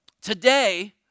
Today